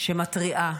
שמתריעה